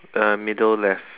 uh middle left